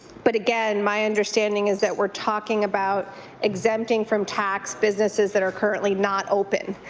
but again, my understanding is that we're talking about exempting from tax businesses that are currently not open.